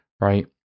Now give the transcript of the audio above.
right